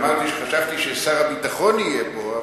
חשבתי ששר הביטחון יהיה פה,